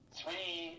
three